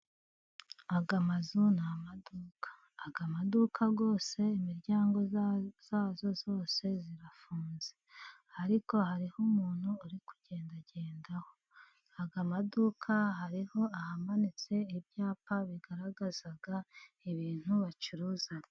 Aya mazu ni amaduka. Aya maduka rwose se imiryango yayo yose irafunze. ariko hariho umuntu uri kugendagendaho. Aya maduka hariho ahamanitse ibyapa bigaragaza ibintu bacuruza.